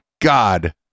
God